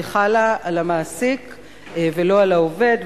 והיא חלה על המעסיק ולא על העובד,